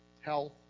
health